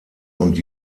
und